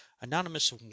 anonymous